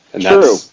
True